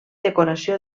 decoració